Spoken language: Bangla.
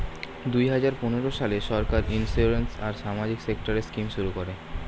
দুই হাজার পনেরো সালে সরকার ইন্সিওরেন্স আর সামাজিক সেক্টরের স্কিম শুরু করে